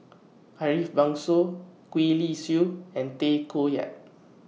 Ariff Bongso Gwee Li Sui and Tay Koh Yat